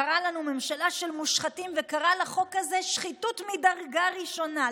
הוא קרא לנו "ממשלה של מושחתים" וקרא לחוק הזה "שחיתות מדרגה ראשונה",